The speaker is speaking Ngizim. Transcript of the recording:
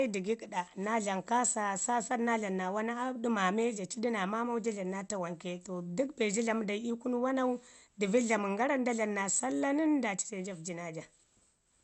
I dəgəgɗa naa dlama kaasa, saasaɗi naa dlama ɗamaame ja ci du naa maamau ja dlamu naa tawan ke. To dək be ja dlamu dai ii kunu wamau, dəvid dlamən gara nda dlamu naa salla nən daaci se ja vəji naa ja.